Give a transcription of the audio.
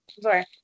sorry